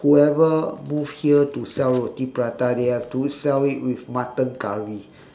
whoever move here to sell roti prata they have to sell it with mutton curry